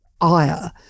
ire